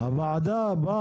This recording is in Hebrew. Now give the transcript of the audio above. הוועדה דנה,